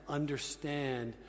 understand